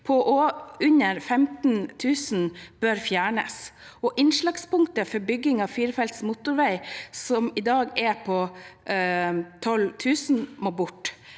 på under 15 000 bør fjernes, og innslagspunktet for bygging av firefelts motorvei, som i dag er en ÅDT på 12 000, må bort.